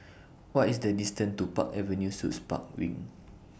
What IS The distance to Park Avenue Suits Park Wing